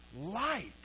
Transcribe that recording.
light